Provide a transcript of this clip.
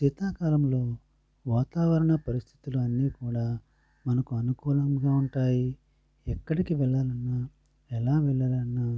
శీతాకాలంలో వాతావరణ పరిసితులు అన్ని కూడా మనకు అనుకూలంగా ఉంటాయి ఎక్కడికి వెళ్ళాలన్నా ఎలా వెళ్ళాలన్నా